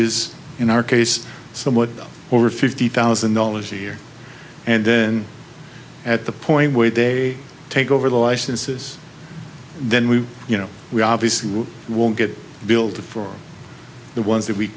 is in our case somewhat over fifty thousand dollars a year and then at the point where they take over the licenses then we you know we obviously won't get billed for the ones that we